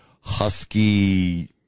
husky